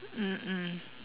mm mm